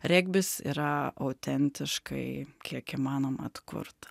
regbis yra autentiškai kiek įmanoma atkurta